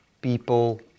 people